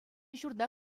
ҫурта